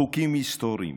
חוקים היסטוריים,